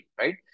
right